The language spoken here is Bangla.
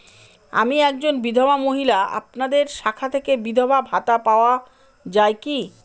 আমি একজন বিধবা মহিলা আপনাদের শাখা থেকে বিধবা ভাতা পাওয়া যায় কি?